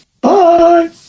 Bye